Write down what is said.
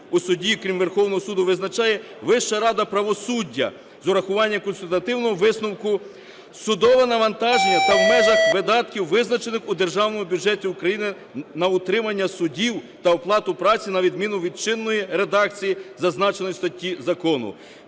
у суді, крім Верховного Суду, визначає Вища рада правосуддя. З урахуванням консультативного висновку судове навантаження та в межах видатків, визначених у Державному бюджеті України на утримання суддів та оплату праці, на відміну від чинної редакції зазначеної статті закону.